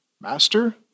Master